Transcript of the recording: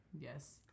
Yes